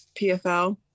pfl